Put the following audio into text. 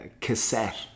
cassette